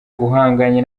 uhanganye